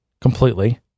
completely